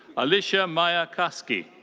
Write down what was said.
alicia maya kaski.